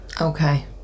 Okay